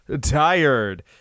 tired